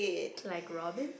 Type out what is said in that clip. like Robin